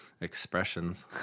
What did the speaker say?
expressions